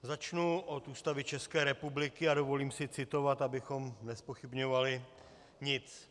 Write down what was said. Začnu od Ústavy České republiky a dovolím si citovat, abychom nezpochybňovali nic.